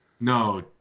No